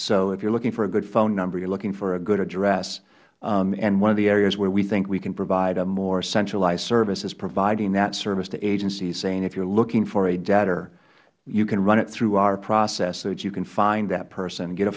so if you are looking for a good phone number you are looking for a good address and one of the areas where we think we can provide a more centralized service is providing that service to agencies saying if you are looking for a debtor you can run it through our process so that you can find that person get a